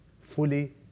fully